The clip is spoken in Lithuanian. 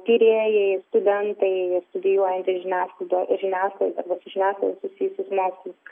tyrėjai studentai studijuojantys žiniasklaidą žiniasklaidą arba su žiniasklaida susijusius mokslus